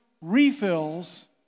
refills